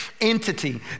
entity